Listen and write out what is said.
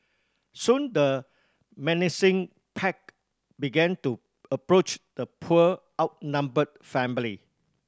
soon the menacing pack began to approach the poor outnumbered family